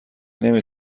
نمی